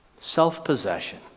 Self-possession